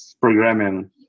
programming